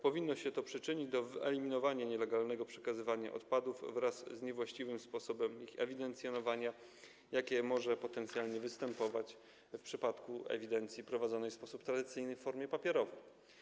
Powinno się to przyczynić do wyeliminowania nielegalnego przekazywania odpadów wraz z niewłaściwym sposobem ich ewidencjonowania, jakie może występować w przypadku ewidencji prowadzonej w sposób tradycyjny, w formie papierowej.